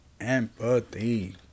Empathy